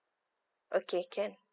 okay can